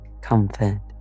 comfort